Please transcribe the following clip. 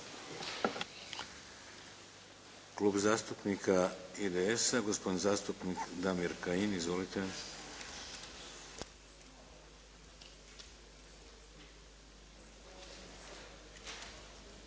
Klub zastupnika IDS-a, gospodin zastupnik Damir Kajin. Izvolite.